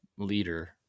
Leader